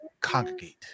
congregate